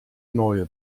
neue